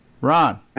ron